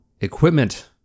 equipment